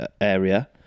area